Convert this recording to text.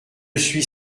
suis